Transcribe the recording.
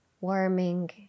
warming